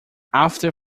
after